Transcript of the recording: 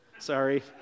Sorry